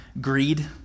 greed